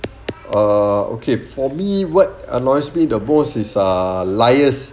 uh okay for me what annoys me the most is ah liars